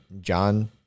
John